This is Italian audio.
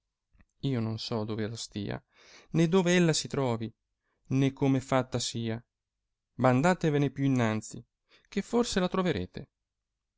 io non so dove la stia né dove ella si trovi né come fatta sia ma andatevene più innanzi che forse la trovarete